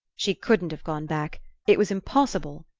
she couldn't have gone back it was impossible!